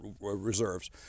reserves